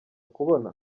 kubona